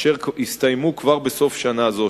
אשר יסתיימו כבר בסוף שנה זאת,